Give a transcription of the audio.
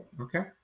Okay